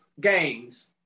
games